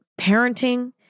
parenting